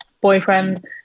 boyfriend